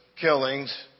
killings